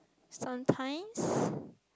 sometimes